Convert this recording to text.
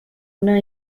una